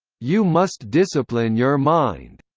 you must discipline your mind.